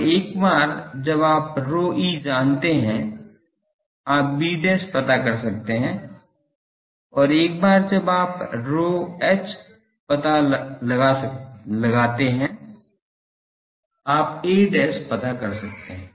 और एक बार जब आप ρe जानते हैं आप b पता कर सकते हैं और एक बार जब आप ρh जानते हैं आप a पता कर सकते हैं